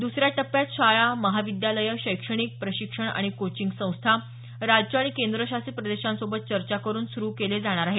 दुसऱ्या टप्प्यात शाळा महाविद्यालय शैक्षणिक प्रशिक्षण आणि कोचिंग संस्था राज्य आणि केंद्र शासित प्रदेशांसोबत चर्चा करून सुरू केले जाणार आहेत